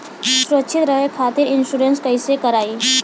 सुरक्षित रहे खातीर इन्शुरन्स कईसे करायी?